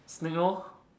snake lor